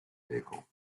vehicle